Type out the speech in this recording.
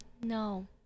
No